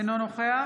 אינו נוכח